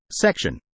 Section